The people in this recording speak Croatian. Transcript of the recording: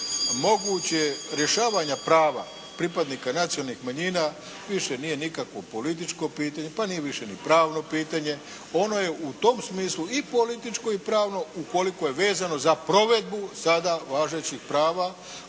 mogućeg rješavanja prava pripadnika nacionalnih manjina više nije nikakvo političko pitanje pa nije više ni pravno pitanje. Ono je u tom smislu i političko i pravno ukoliko je vezano za provedbu sada važećih prava